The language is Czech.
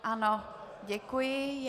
Ano, děkuji.